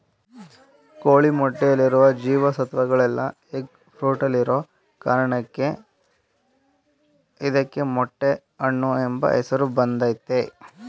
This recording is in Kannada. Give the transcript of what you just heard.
ಕೋಳಿ ಮೊಟ್ಟೆಯಲ್ಲಿರುವ ಜೀವ ಸತ್ವಗಳೆಲ್ಲ ಎಗ್ ಫ್ರೂಟಲ್ಲಿರೋ ಕಾರಣಕ್ಕೆ ಇದಕ್ಕೆ ಮೊಟ್ಟೆ ಹಣ್ಣು ಎಂಬ ಹೆಸರು ಬಂದಯ್ತೆ